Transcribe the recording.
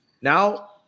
now